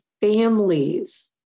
families